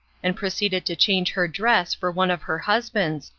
and proceeded to change her dress for one of her husband's,